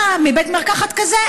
אתה בבית מרקחת כזה,